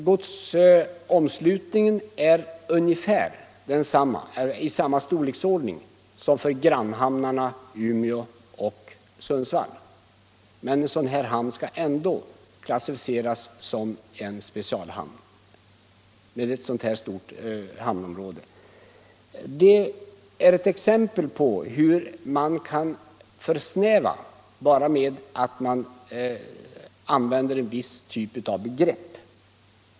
Godsomslutningen är av samma storleksordning som grannhamnarna i Umeå och Sundsvall. Men denna hamn, som har ett så stort hamnområde, skall ändå klassificeras som specialhamn. Detta är ett exempel på hur man kan försnäva verksamheten bara genom att använda en viss typ av begrepp.